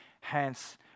hence